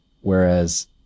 whereas